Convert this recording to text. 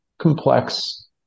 complex